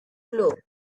blow